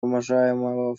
уважаемого